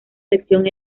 sección